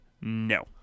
No